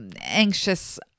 anxious